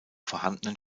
vorhandenen